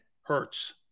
hurts